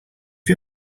you